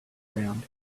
round